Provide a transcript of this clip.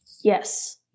Yes